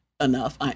enough